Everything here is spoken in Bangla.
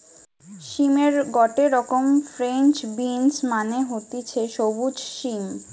সিমের গটে রকম ফ্রেঞ্চ বিনস মানে হতিছে সবুজ সিম